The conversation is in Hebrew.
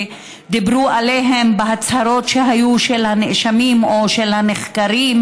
דיברו עליהם בהצהרות של הנאשמים או של הנחקרים,